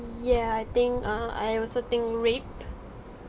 I think uh I also think rape